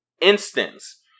instance